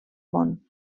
món